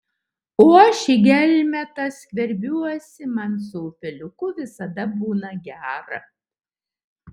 o aš į gelmę tą skverbiuosi man su upeliuku visada būna gera